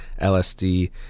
LSD